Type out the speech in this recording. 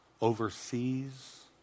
overseas